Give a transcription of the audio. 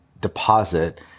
deposit